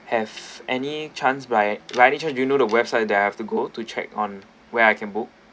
have any chance by any chance do you know the website that I have to go to check on where I can book